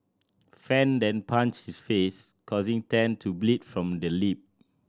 fan then punched his face causing Tan to bleed from the lip